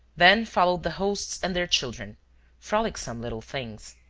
then followed the hosts and their children frolicsome little things.